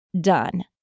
done